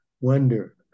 wonder